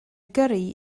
gyrru